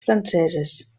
franceses